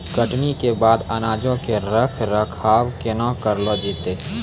कटनी के बाद अनाजो के रख रखाव केना करलो जैतै?